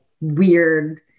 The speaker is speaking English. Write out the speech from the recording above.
weird